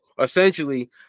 essentially